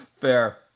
Fair